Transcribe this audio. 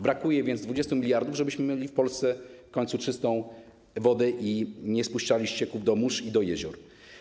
Brakuje więc 20 mld na to, żebyśmy mieli w Polsce w końcu czystą wodę i nie spuszczali ścieków do morza i do jezior.